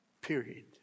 period